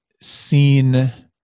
seen